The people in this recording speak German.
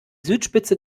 südspitze